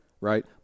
right